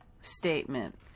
statement